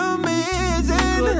amazing